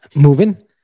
moving